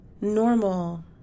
normal